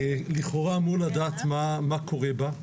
ולכאורה אמור לדעת מה קורה בה.